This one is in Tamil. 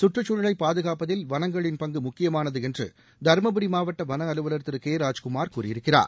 சுற்றுச்சூழலை பாதுகாப்பதில் வனங்களின் பங்கு முக்கியமானது என்று தருமபுரி மாவட்ட வன அலுவலர் திரு கே ராஜ்குமார் கூறியிருக்கிறார்